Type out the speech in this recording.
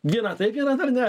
vieną taip vieną dar ne